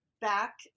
back